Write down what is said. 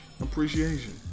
Appreciation